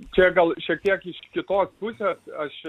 čia gal šiek tiek iš kitos pusės aš